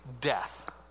death